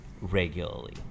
regularly